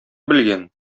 белгән